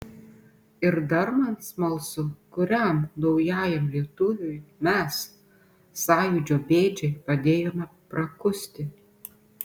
ir dar man smalsu kuriam naujajam lietuviui mes sąjūdžio bėdžiai padėjome prakusti